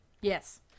Yes